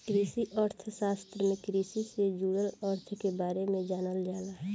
कृषि अर्थशास्त्र में कृषि से जुड़ल अर्थ के बारे में जानल जाला